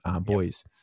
boys